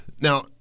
Now